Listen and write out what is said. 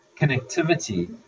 connectivity